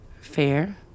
Fair